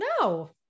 no